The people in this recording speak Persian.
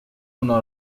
اونها